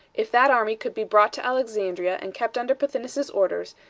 if that army could be brought to alexandria and kept under pothinus's orders,